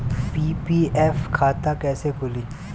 PPF खाता कैसे खुली?